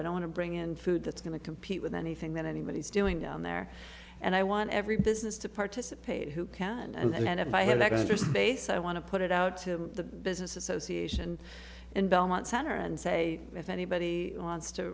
i don't want to bring in food that's going to compete with anything that anybody's doing down there and i want every business to participate who can and if i have extra space i want to put it out to business association and belmont center and say if anybody wants to